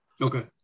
Okay